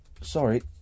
sorry